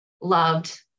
Loved